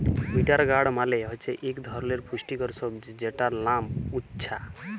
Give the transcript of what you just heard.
bitter গাড় মালে হছে ইক ধরলের পুষ্টিকর সবজি যেটর লাম উছ্যা